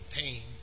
pain